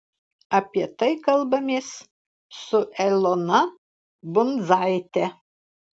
apie tai kalbamės su elona bundzaite